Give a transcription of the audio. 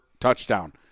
touchdown